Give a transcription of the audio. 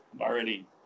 already